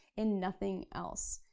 and nothing else.